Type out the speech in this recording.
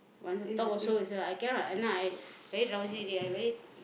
want to talk also is I cannot now I very drowsy already I very